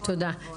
תודה.